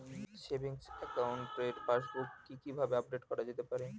Savings একাউন্টের passbook কি কিভাবে আপডেট করা যেতে পারে?